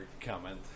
comment